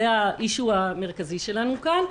זה גם ועדת כספים.